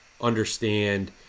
understand